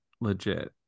legit